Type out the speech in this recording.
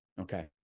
okay